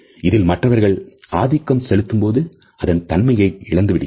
இதில் மற்றவர்கள் ஆதிக்கம் செலுத்தும் போது அதன் தன்மையை இழக்கிறது